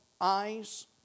eyes